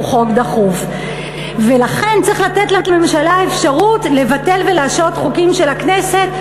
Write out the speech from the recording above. חוק דחוף ולכן צריך לתת לממשלה אפשרות לבטל ולהשעות חוקים של הכנסת,